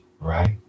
right